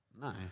No